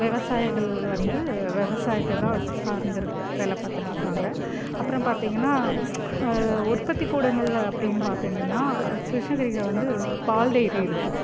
விவசாயிகள் வந்து விவசாயத்த தான் சார்ந்து வேலை பார்த்துட்ருக்காங்க அப்புறம் பார்த்தீங்கன்னா உற்பத்திக்கூடங்கள் அப்படின்னு பார்த்தீங்கன்னா கிருஷ்ணகிரியில் வந்து பால்டைரி இருக்குது